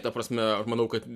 ta prasme aš manau kad